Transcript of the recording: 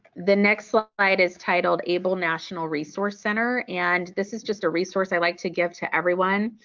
the next slide is titled able national resource center and this is just a resource i like to give to everyone.